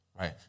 right